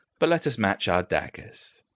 but let us match our daggers.